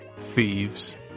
Thieves